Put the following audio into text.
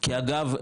כי אגב,